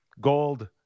gold